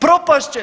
Propast će.